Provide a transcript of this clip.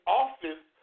office